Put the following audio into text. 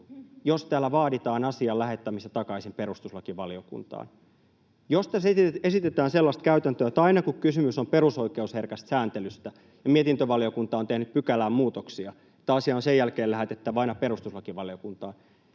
jos täällä vaaditaan asian lähettämistä takaisin perustuslakivaliokuntaan. [Krista Kiuru pyytää vastauspuheenvuoroa] Jos tässä esitetään sellaista käytäntöä, että aina kun kysymys on perusoikeusherkästä sääntelystä ja mietintövaliokunta on tehnyt pykälään muutoksia, asia on sen jälkeen lähetettävä perustuslakivaliokuntaan,